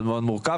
מאוד מורכב,